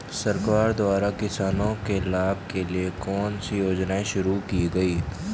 सरकार द्वारा किसानों के लाभ के लिए कौन सी योजनाएँ शुरू की गईं?